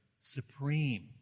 supreme